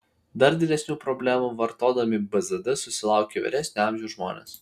dar didesnių problemų vartodami bzd susilaukia vyresnio amžiaus žmonės